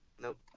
Nope